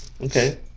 Okay